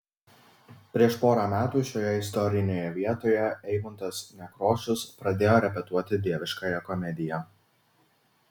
prieš porą metų šioje istorinėje vietoje eimuntas nekrošius pradėjo repetuoti dieviškąją komediją